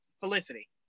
Felicity